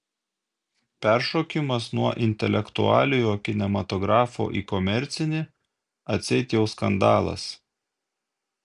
peršokimas nuo intelektualiojo kinematografo į komercinį atseit jau skandalas